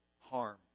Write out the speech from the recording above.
harm